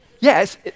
Yes